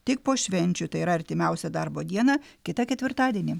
tik po švenčių tai yra artimiausią darbo dieną kitą ketvirtadienį